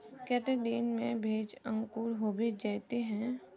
केते दिन में भेज अंकूर होबे जयते है?